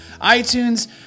iTunes